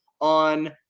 on